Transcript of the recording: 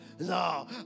No